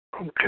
Okay